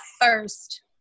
first